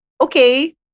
Okay